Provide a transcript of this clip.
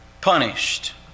punished